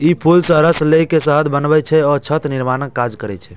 ई फूल सं रस लए के शहद बनबै छै आ छत्ता निर्माणक काज करै छै